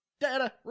Data